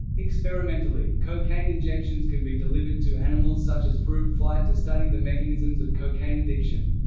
experimentally, cocaine injections can be delivered to animals such as fruit flies to study the mechanisms of cocaine addiction.